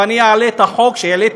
ואני אעלה את החוק שהעליתי,